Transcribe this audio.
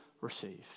receive